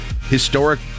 historic